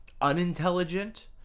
unintelligent